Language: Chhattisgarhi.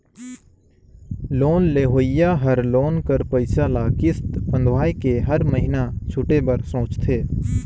लोन लेहोइया हर लोन कर पइसा ल किस्त बंधवाए के हर महिना छुटे बर सोंचथे